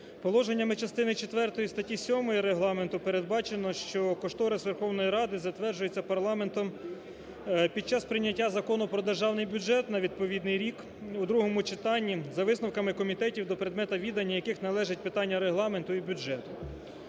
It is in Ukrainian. Положеннями частини четвертої статті 7 Регламенту передбачено, що кошторис Верховної Ради затверджується парламентом під час прийняття Закону про державний бюджет на відповідний рік у другому читанні за висновками комітетів, до предмета відання яких належить питання Регламенту і бюджету.